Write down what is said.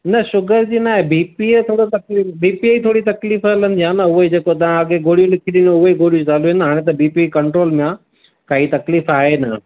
न शुगर जी न आहे बीपीअ थोरो तकलीफ़ु बीपीअ जी थोरी तकलीफ़ु हलंदी आहे न उहो ई जेको तव्हां अॻे गोरियूं लिखी ॾिनो उहे ई गोरियूं त हले हाणे त बीपी कंट्रोल में आहे काई तकलीफ़ु आहे न